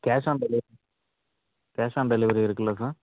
cash on டெலிவ cash on delivery இருக்குல்ல sir